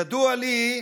ידוע לי,